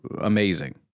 amazing